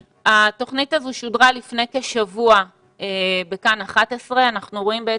התוכנית הזו שודרה לפני כשבוע בכאן 11. אנחנו רואים את